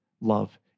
love